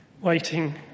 waiting